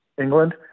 England